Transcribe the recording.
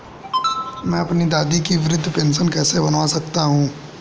मैं अपनी दादी की वृद्ध पेंशन कैसे बनवा सकता हूँ?